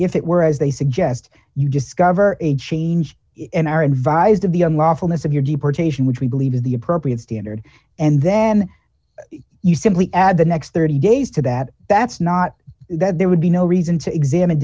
if it were as they suggest you discover a change in our advisors of the unlawfulness of your deportation which we believe is the appropriate standard and then you simply add the next thirty days to that that's not that there would be no reason to examine